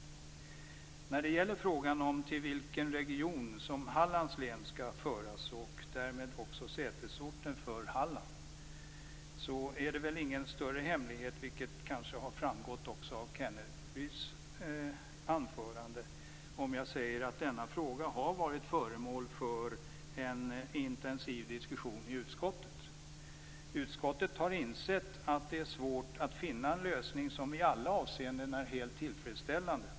När det gäller frågan om till vilken region som Hallands län skall föras, och därmed också sätesorten för Halland, är det väl ingen större hemlighet - vilket har framgått av Kenneryds anförande - att denna fråga har varit föremål för en intensiv diskussion i utskottet. Utskottet har insett att det är svårt att finna en lösning som i alla avseenden är helt tillfredsställande.